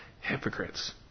hypocrites